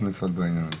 אנחנו נפעל בעניין הזה.